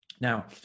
Now